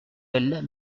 elles